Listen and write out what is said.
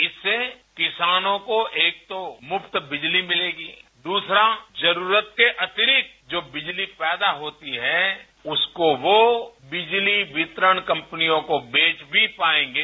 इससे किसानों को एक तो मुफ्त बिजली मिलेगी दूसरा जरूरत के अतिरिक्त जो बिजली पैदा होती है उसको वो बिजली वितरण कंपनियों को बेच भी पाएंगे